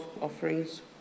offerings